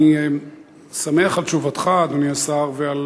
אני שמח על תשובתך, אדוני השר, ועל